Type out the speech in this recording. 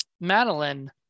Madeline